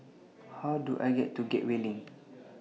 How Do I get to Gateway LINK